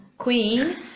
Queen